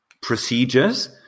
procedures